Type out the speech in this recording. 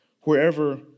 wherever